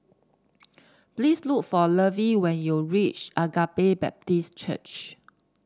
please look for Lovie when you reach Agape Baptist Church